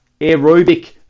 aerobic